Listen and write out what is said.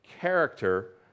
character